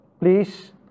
please